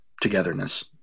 togetherness